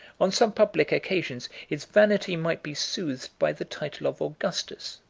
on some public occasions, his vanity might be soothed by the title of augustus,